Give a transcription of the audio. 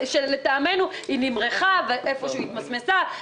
שלטעמנו נמרחה ואיפשהו התמסמסה,